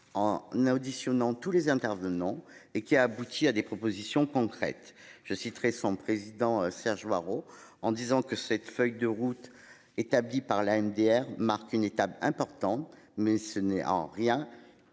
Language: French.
en auditionnant tous les intervenants et qui a abouti à des propositions concrètes. Je citerai son président Serge Hoareau en disant que cette feuille de route établie par la mdr marque une étape importante mais ce n'est en rien.